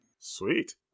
Sweet